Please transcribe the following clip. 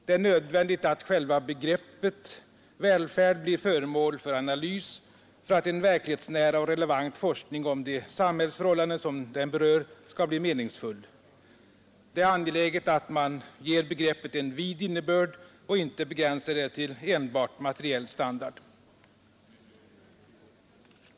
Det är därför nödvändigt att själva begreppet välfärd blir föremål för analys för att en verklighetsnära och relevant forskning om de samhällsförhållanden som den berör skall bli meningsfull. Det är angeläget att man ger begreppet en vid innebörd och inte begränsar det till enbart materiell standard.